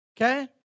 Okay